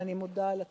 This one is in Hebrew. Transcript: ואני מודה על התמיכה.